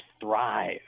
thrive